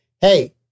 Hey